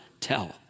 tell